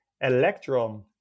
electron